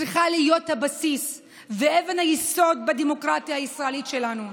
צריכה להיות הבסיס ואבן היסוד בדמוקרטיה הישראלית שלנו.